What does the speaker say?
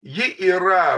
ji yra